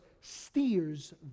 steers